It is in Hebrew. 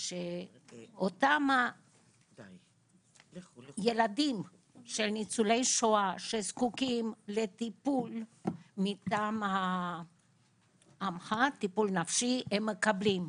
שאותם הילדים של ניצולי שואה שזקוקים לטיפול מטעם 'עמך' הם מקבלים,